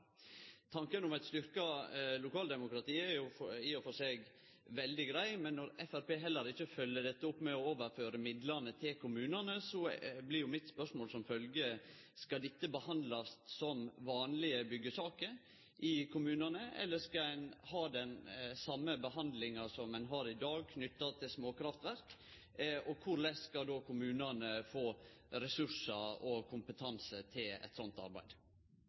Tanken om eit styrkt lokaldemokrati er i og for seg veldig grei, men når Framstegspartiet heller ikkje følgjer dette opp med å overføre midlane til kommunane, blir mitt spørsmål som følgjer: Skal dette behandlast som vanlege byggjesaker i kommunane, eller skal ein ha den same behandlinga som ein har i dag knytt til småkraftverk? Korleis skal då kommunane få ressursar og kompetanse til eit sånt arbeid?